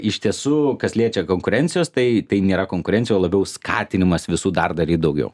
iš tiesų kas liečia konkurencijos tai tai nėra konkurencija o labiau skatinimas visų dar daryt daugiau